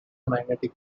magnetic